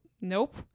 Nope